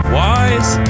wise